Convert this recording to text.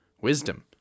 wisdom